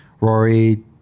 Rory